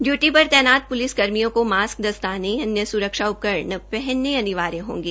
duty पर तैनात police कर्मियों को मास्क दस्ताने व अन्य सुरक्षा उपकरण इत्यादि पहनने अनिवार्य होंगे